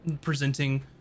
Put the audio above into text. presenting